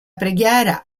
preghiera